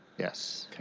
yes.